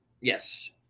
Yes